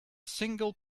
single